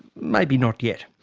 maybe not yet.